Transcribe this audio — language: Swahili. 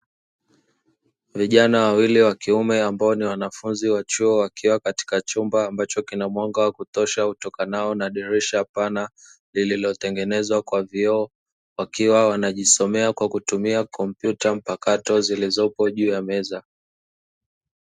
Vijana wawili wa kiume ambao ni wanafunzi wa chuo wakiwa katika chumba ambacho kina mwanga wa kutosha utokanao na dirisha pana, lililotengenezwa kwa vioo, wakiwa wanajisomea kwa kutumia kompyuta mpakato zilizopo juu ya meza.